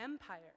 empire